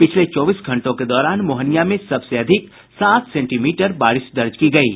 पिछले चौबीस घंटों के दौरान मोहनियां में सबसे अधिक सात सेंटीमीटर बारिश दर्ज की गयी